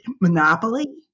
Monopoly